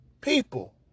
people